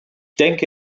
denke